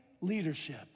leadership